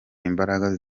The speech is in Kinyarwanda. imbaraga